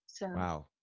Wow